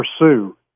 pursue